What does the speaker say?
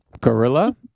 gorilla